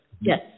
Yes